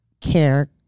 care